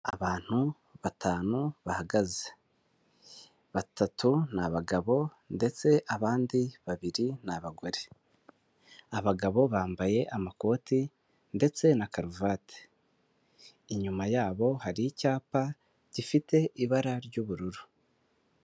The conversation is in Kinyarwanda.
Abantu batanu bahagaze. Batatu ni abagabo ndetse abandi babiri n'abagore. Abagabo bambaye amakoti ndetse na karuvati, inyuma yabo hari icyapa gifite ibara ry'ubururu.